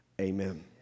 amen